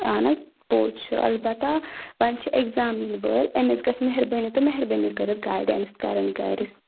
اَہن حظ پوٚز چھُ البتہ وَنۍ چھِ اٮ۪گزام یِن وٲلۍ أمِس گژھِ مہربٲنی تہٕ مہربٲنی کٔرِتھ گاڑِنَس کَرٕنۍ گاڑِ